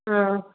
ആ